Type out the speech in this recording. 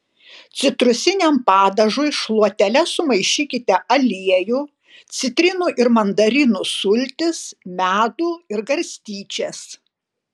citrusiniam padažui šluotele sumaišykite aliejų citrinų ir mandarinų sultis medų ir garstyčias